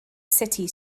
city